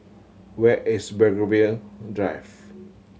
where is Belgravia Drive